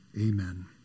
Amen